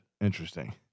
Interesting